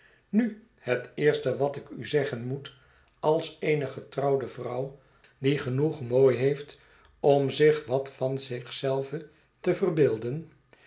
nu het eerste wat ik u zeggen met als eene getrouwde vrouw die genoeg mooi heeft om zich wat van zich zelve te verbeelden